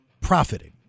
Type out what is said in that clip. profiting